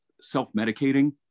self-medicating